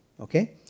Okay